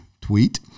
tweet